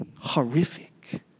horrific